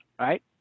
right